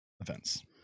events